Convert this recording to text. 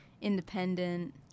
independent